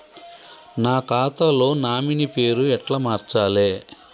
నా ఖాతా లో నామినీ పేరు ఎట్ల మార్చాలే?